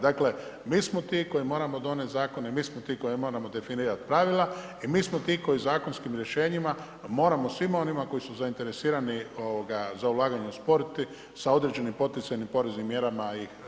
Dakle, mi smo ti koji moramo donijeti zakone i mi smo ti koji moramo definirati pravila i mi smo ti koji zakonskim rješenjima moramo svima onima koji su zainteresirani za ulaganje u sport sa određenim poticajnim poreznim mjerama i